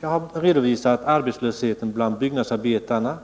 Jag har redovisat arbetslösheten bland byggnadsarbetarna.